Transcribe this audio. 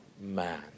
man